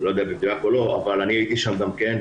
אני לא יודע אם במדויק או לא אבל אני הייתי שם גם כן,